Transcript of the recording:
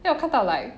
then 我看到 like